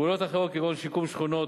פעולות אחרות כגון שיקום שכונות,